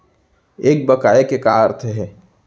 एक बकाया के का अर्थ हे?